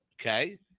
okay